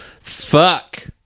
Fuck